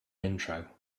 intro